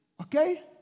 Okay